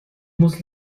muss